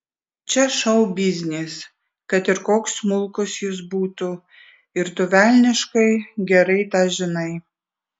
čia šou biznis kad ir koks smulkus jis būtų ir tu velniškai gerai tą žinai